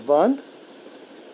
بنٛد